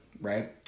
Right